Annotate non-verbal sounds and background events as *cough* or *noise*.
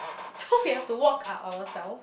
so *laughs* we have to walk up ourself